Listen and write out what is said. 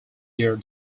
their